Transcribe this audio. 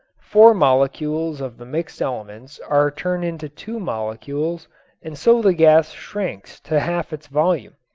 four molecules of the mixed elements are turned into two molecules and so the gas shrinks to half its volume.